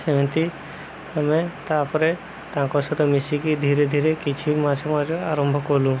ସେମିତି ଆମେ ତାପରେ ତାଙ୍କ ସହିତ ମିଶିକି ଧୀରେ ଧୀରେ କିଛି ମାଛ ମାରିବା ଆରମ୍ଭ କଲୁ